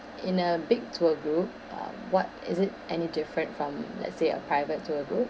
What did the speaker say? in a big tour group uh what is it any different from let's say a private tour group